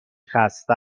خسته